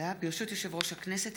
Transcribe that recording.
ברשות יושב-ראש הכנסת,